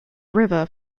river